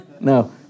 No